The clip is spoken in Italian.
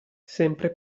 sempre